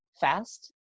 fast